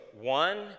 one